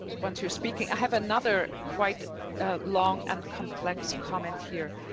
once you're speaking, i have another quite long and complex comment here.